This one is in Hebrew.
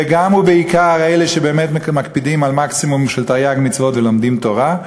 וגם ובעיקר אלה שבאמת מקפידים על מקסימום מתרי"ג מצוות ולומדים תורה,